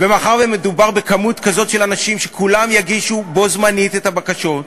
ומאחר שמדובר בכמות כזאת של אנשים שכולם יגישו בו-זמנית את הבקשות,